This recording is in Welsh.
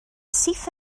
syth